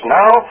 now